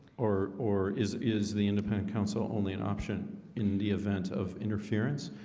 or or is is the independent counsel only an option in the event of interference.